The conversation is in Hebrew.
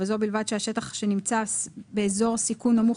'וזו בלבד שהשטח שנמצא באזור סיכון נמוך